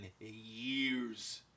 years